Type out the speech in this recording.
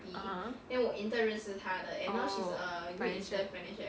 (uh huh) orh financial